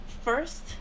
first